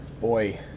boy